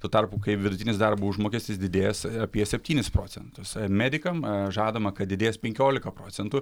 tuo tarpu kai vidutinis darbo užmokestis didės apie septynis procentus medikam žadama kad didės penkiolika procentų